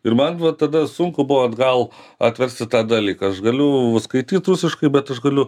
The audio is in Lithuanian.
ir man vat tada sunku buvo atgal atversti tą dalyką aš galiu skaityt rusiškai bet aš galiu